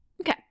Okay